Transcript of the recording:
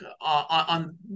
on